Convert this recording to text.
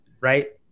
right